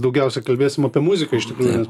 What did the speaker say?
daugiausia kalbėsim apie muziką iš tikrųjų nes